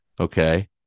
Okay